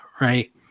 right